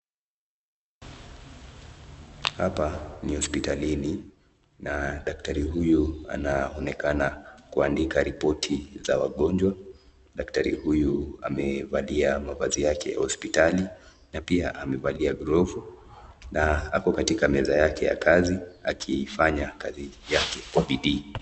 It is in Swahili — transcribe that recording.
Hapa ni hospitalini na daktari huyu anaonekana kuandika ripoti za wagonjwa. Daktari huyu amevalia mavazi yake ya hospitali na pia amevalia glovu na ako katika meza yake ya kazi akifanya kazi yake kwa bidii.